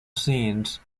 scenes